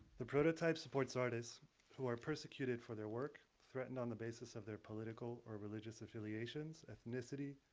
the prototype supports artists who are persecuted for their work, threatened on the basis of their political or religious affiliations, ethnicity,